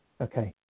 okay